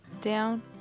down